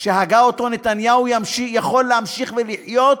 שהגה נתניהו, יכול להמשיך ולחיות,